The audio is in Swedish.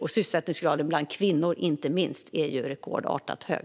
Och sysselsättningsgraden bland kvinnor, inte minst, är rekordartat hög.